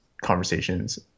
conversations